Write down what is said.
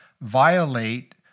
violate